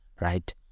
right